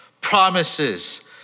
promises